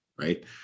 Right